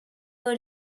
for